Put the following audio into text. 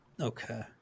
Okay